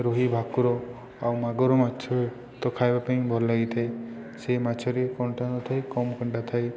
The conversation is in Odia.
ରୋହି ଭାକୁର ଆଉ ମାଗୁର ମାଛ ତ ଖାଇବା ପାଇଁ ଭଲ ଲାଗିଥାଏ ସେ ମାଛରେ କଣ୍ଟା ନଥାଏ କମ୍ କଣ୍ଟା ଥାଏ